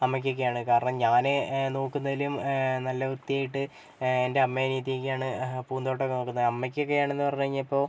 അമ്മയ്ക്കോക്കെയാണ് കാരണം ഞാൻ നോക്കുന്നതിലും നല്ല വൃത്തിയായിട്ട് എൻ്റെ അമ്മേം അനിയത്തിയൊക്കെയാണ് പൂന്തോട്ടമൊക്കെ നോക്കുന്നത് അമ്മക്കൊക്കെയാണെന്ന് പറഞ്ഞ് കഴിഞ്ഞാൽ ഇപ്പോൾ